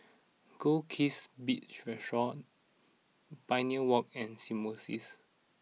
Goldkist Beach Resort Pioneer Walk and Symbiosis